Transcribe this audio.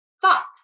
thought